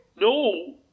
No